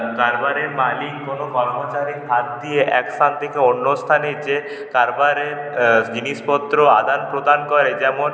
তারপরে মালিক কোনো কর্মচারী থাকতেই এক স্থান থেকে অন্য স্থানে যে কারবারের জিনিসপত্র আদানপ্রদান করে যেমন